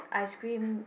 ice cream